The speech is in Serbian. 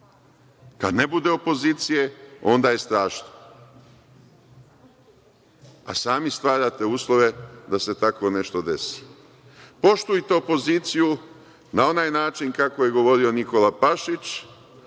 Kad ne bude opozicije onda je strašno. Sami stvarate uslove da se tako nešto desi. Poštujte opoziciju na onaj način kako je govorio Nikola Pašić,